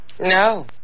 No